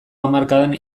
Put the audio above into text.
hamarkadan